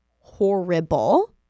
horrible